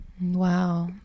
Wow